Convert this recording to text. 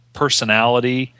personality